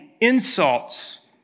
insults